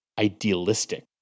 idealistic